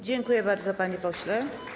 Dziękuję bardzo, panie pośle.